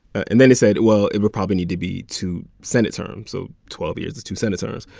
and then he said, well, it would probably need to be two senate terms, so twelve years is two senate terms.